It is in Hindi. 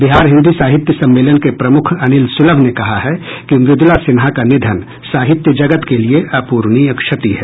बिहार हिन्दी साहित्य सम्मेलन के प्रमुख अनिल सुलभ ने कहा है कि मृदुला सिन्हा का निधन साहित्य जगत के लिये अपूरणीय क्षति है